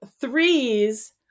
threes